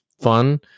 fun